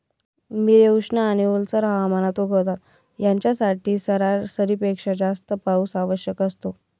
मिरे उष्ण आणि ओलसर हवामानात उगवतात, यांच्यासाठी सरासरीपेक्षा जास्त पाऊस आवश्यक असतो